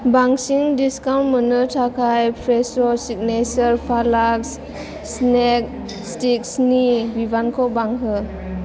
बांसिन डिसकाउन्ट मोन्नो थाखाय फ्रेस' सिगनेसार पालाक्स स्नेक स्तिक्सनि बिबांखौ बांहो